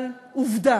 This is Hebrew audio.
אבל עובדה